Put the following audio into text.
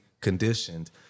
conditioned